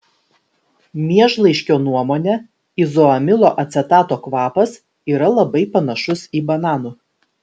miežlaiškio nuomone izoamilo acetato kvapas yra labai panašus į bananų